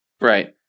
right